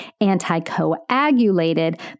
anticoagulated